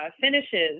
finishes